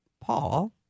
Paul